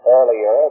Earlier